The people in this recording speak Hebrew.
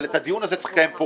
אבל את הדיון הזה צריך לקיים פה